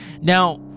Now